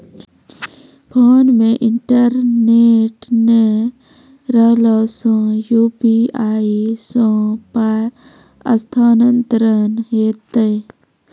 Phone मे internet नै रहला सॅ, यु.पी.आई सॅ पाय स्थानांतरण हेतै?